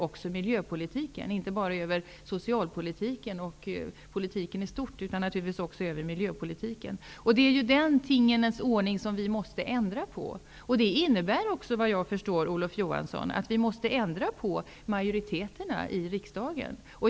Den styr inte bara över socialpolitiken och politiken i stort, utan även över miljöpolitiken. Det är denna tingens ordning som vi måste ändra på. Det innebär också, Olof Johansson, att vi måste ändra på majoriterna i riksdagen.